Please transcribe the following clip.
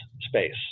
space